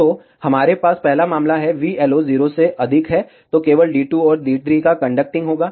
तो हमारे पास पहला मामला है vLO 0 से अधिक है केवल D2 और D3 का कंडक्टिंग होगा